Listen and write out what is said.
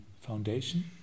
foundation